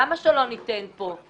למה שלא ניתן פה?